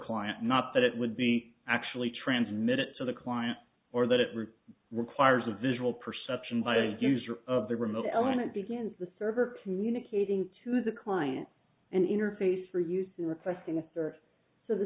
client not that it would be actually transmit it so the client or that it really requires a visual perception by the user of the remote element began the server communicating to the client and interface for use requesting or so the